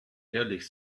ehrlich